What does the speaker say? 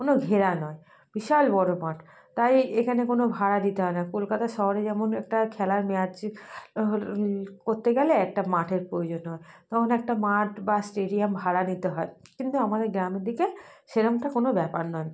কোনো ঘেরা নয় বিশাল বড় মাঠ তাই এখানে কোনো ভাড়া দিতে হয় না কলকাতা শহরে যেমন একটা খেলার ম্যাচ হল করতে গেলে একটা মাঠের প্রয়োজন হয় তখন একটা মাঠ বা স্টেডিয়াম ভাড়া নিতে হয় কিন্তু আমাদের গ্রামের দিকে সেরকমটা কোনো ব্যাপার নয়